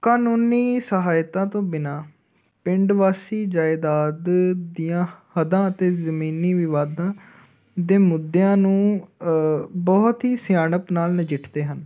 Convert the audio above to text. ਕਾਨੂੰਨੀ ਸਹਾਇਤਾ ਤੋਂ ਬਿਨਾਂ ਪਿੰਡ ਵਾਸੀ ਜਾਇਦਾਦ ਦੀਆਂ ਹੱਦਾਂ ਅਤੇ ਜ਼ਮੀਨੀ ਵਿਵਾਦਾਂ ਦੇ ਮੁੱਦਿਆਂ ਨੂੰ ਬਹੁਤ ਹੀ ਸਿਆਣਪ ਨਾਲ ਨਜਿੱਠਦੇ ਹਨ